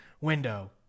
window